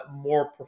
more